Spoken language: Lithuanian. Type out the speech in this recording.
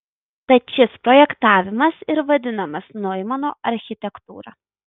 tad šis projektavimas ir vadinamas noimano architektūra